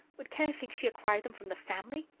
would kenneth think she acquired them from the family!